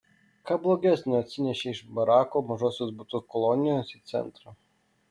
ką blogesnio atsinešei iš barakų mažosios butų kolonijos į centrą